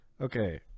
Okay